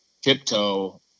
tiptoe